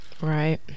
Right